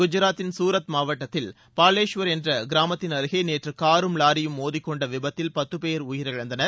குஜராத்தின் சூரத் மாவட்டத்தில் பாலேஷ்வர் என்ற கிராமத்தின் அருகே நேற்று காரும் லாரியும் மோதிக்கொண்ட விபத்தில் பத்து பேர் உயிரிழந்தனர்